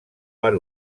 per